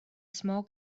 small